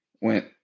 went